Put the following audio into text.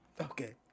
Okay